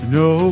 no